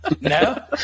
no